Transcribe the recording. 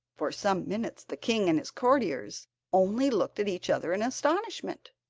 for some minutes the king and his courtiers only looked at each other in astonishment.